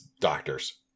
doctors